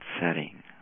setting